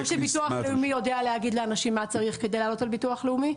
כמו שביטוח לאומי יודע להגיע לאנשים מה צריך כדי לעלות על ביטוח לאומי,